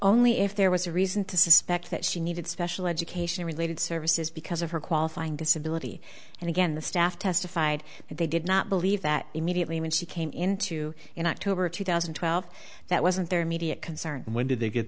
only if there was a reason to suspect that she needed special education related services because of her qualifying disability and again the staff testified that they did not believe that immediately when she came into in october of two thousand and twelve that wasn't their immediate concern when did they get